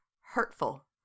hurtful